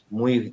muy